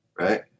right